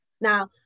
Now